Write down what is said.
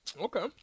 Okay